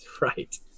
Right